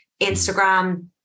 Instagram